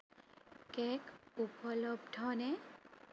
cake উপলব্ধনে